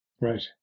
Right